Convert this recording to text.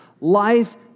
life